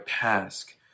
task